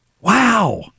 Wow